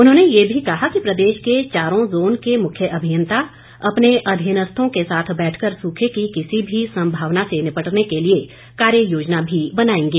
उन्होंने ये भी कहा कि प्रदेश के चारों जोन के मुख्य अभियंता अपने अधिनस्थों के साथ बैठकर सूखे की किसी भी संभावना से निपटने के लिए कार्य योजना भी बनाएंगे